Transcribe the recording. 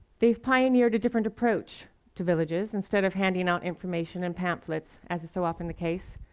they've pioneered a different approach to villages. instead of handing out information in pamphlets, as is so often the case,